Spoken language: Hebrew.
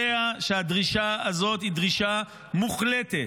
יודע שהדרישה הזאת היא דרישה מוחלטת.